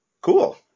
cool